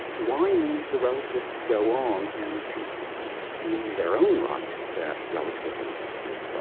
why need the relativist go on and concede in their own right that relativism but